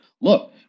Look